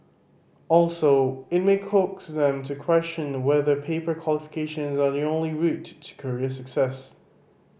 also it may coax them to question whether paper qualifications are the only route to career success